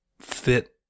fit